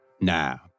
Now